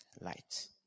light